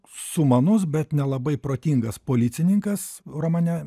sumanus bet nelabai protingas policininkas romane